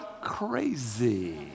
Crazy